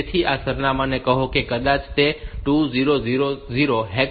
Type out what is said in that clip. તેથી આ સરનામાંને કહો કે કદાચ તે 2000 હેક્સ છે